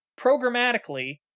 programmatically